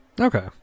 Okay